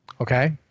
Okay